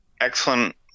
excellent